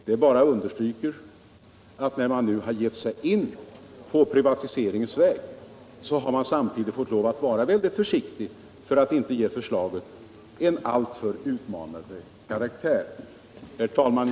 Det bara understryker att man, när man nu har givit sig in på privatiseringens väg, samtidigt har fått lov att vara väldigt försiktig för att inte ge förslaget en alltför utmanande karaktär. Herr talman!